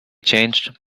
changed